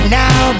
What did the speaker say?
now